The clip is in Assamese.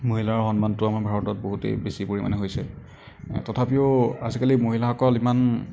মহিলাৰ সন্মানটো আমাৰ ভাৰতত বহুতেই বেছি পৰিমাণে হৈছে তথাপিও আজিকালি মহিলাসকল ইমান